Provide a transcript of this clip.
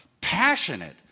passionate